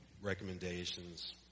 recommendations